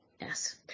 Yes